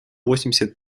восемьдесят